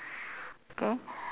okay